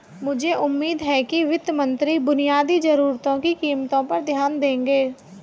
मुझे उम्मीद है कि वित्त मंत्री बुनियादी जरूरतों की कीमतों पर ध्यान देंगे